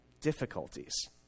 difficulties